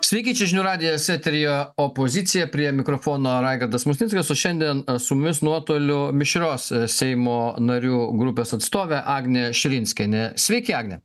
sveiki čia žinių radijas eteryje opozicija prie mikrofono raigardas musnickas o šiandien su mumis nuotoliu mišrios seimo narių grupės atstovė agnė širinskienė sveiki agne